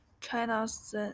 China's